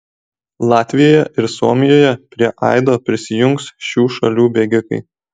latvijoje ir suomijoje prie aido prisijungs šių šalių bėgikai